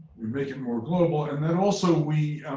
we make it more global. and then also, we